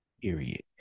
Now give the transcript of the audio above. Period